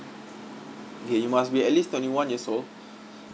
here you must be at least twenty one years old